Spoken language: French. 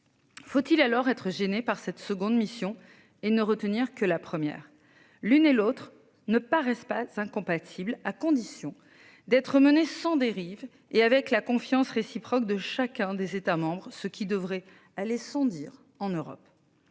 Faut-il alors être gêné par cette seconde mission et ne retenir que la première l'une et l'autre ne paraissent pas de 5 compatibles à condition d'être menée sans dérive et avec la confiance réciproque de chacun des États. Ce qui devrait aller sans dire en Europe.